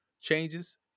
changes